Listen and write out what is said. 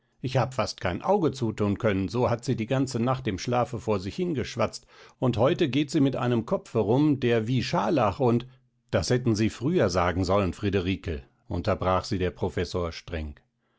ich hab fast kein auge zuthun können so hat sie die ganze nacht im schlafe vor sich hingeschwatzt und heute geht sie mit einem kopfe rum der wie scharlach und das hätten sie früher sagen sollen friederike unterbrach sie der professor streng